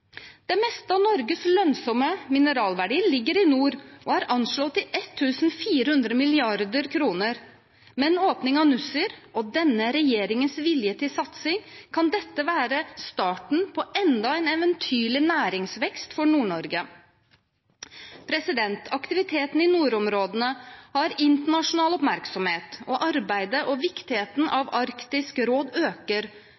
Det meste av Norges lønnsomme mineralverdi ligger i Nord-Norge og er anslått til 1 400 mrd. kr. Med en åpning av Nussir og denne regjeringens vilje til satsing kan dette være starten på enda en eventyrlig næringsvekst for Nord-Norge. Aktiviteten i nordområdene har internasjonal oppmerksomhet, og arbeidet til og viktigheten